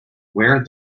wear